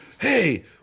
Hey